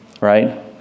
right